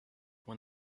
when